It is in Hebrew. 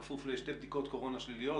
כפוף לשתי בדיקות קורונה שליליות.